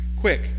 quick